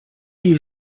you